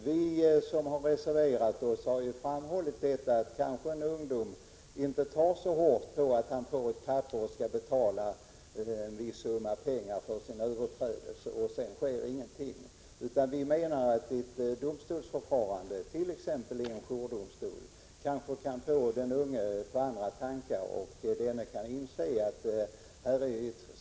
Vi som har reserverat oss har framhållit att en ung människa kanske inte tar så hårt på att han får ett papper och skall betala en viss summa pengar för sina överträdelser, om det därutöver inte sker någonting. Vi menar att ett domstolsförfarande, t.ex. i en jourdomstol, kanske kan få den unge på andra tankar.